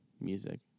music